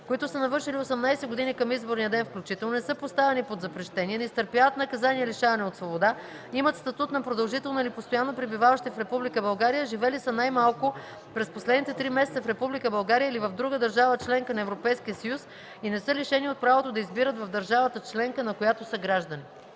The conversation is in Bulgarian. които са навършили 18 години към изборния ден включително, не са поставени под запрещение, не изтърпяват наказание лишаване от свобода, имат статут на продължително или постоянно пребиваващи в Република България, живели са най-малко през последните три месеца в Република България или в друга държава – членка на Европейския съюз, и не са лишени от правото да избират в държавата членка, на която са граждани.”.